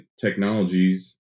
technologies